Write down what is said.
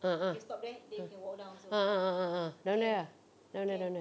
ah ah ah ah ah ah ah ah down there ah down there down there